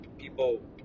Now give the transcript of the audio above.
people